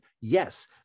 yes